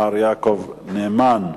מר יעקב נאמן.